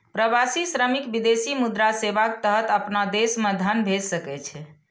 प्रवासी श्रमिक विदेशी मुद्रा सेवाक तहत अपना देश मे धन भेज सकै छै